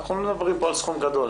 אנחנו לא מדברים כאן על סכום גדול.